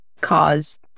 cause